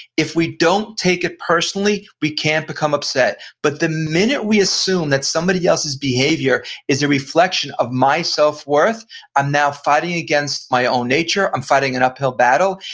if we don't take it personally we can't become upset. but the minute we assume that somebody else's behavior is a reflection of my self worth i'm now fighting against my own nature, i'm fighting an uphill battle,